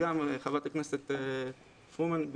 חברת הכנסת פרומן ,